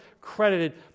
credited